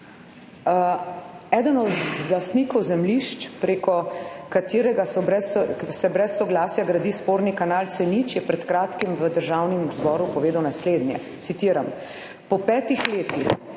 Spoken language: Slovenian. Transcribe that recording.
Eden od lastnikov zemljišč preko katerega so brez, se brez soglasja gradi sporni kanal C0, je pred kratkim v Državnem zboru povedal naslednje, citiram: »Po 5 letih